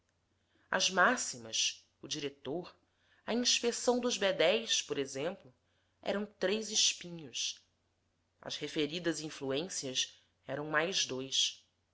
as máximas o diretor a inspeção dos bedéis por exemplo eram três espinhos as referidas influências eram mais dois